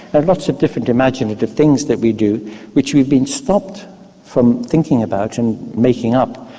are lots of different imaginative things that we do which we've been stopped from thinking about and making up,